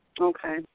Okay